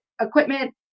equipment